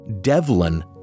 Devlin